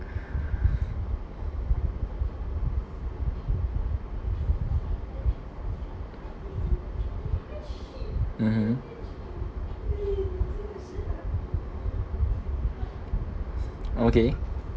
mmhmm okay